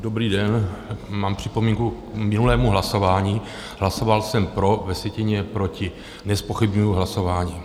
Dobrý den, mám připomínku k minulému hlasování, hlasoval jsem pro, ve sjetině je proti, nezpochybňuji hlasování.